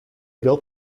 built